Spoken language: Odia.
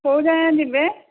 କୋଉ ଯାଏଁ ଯିବେ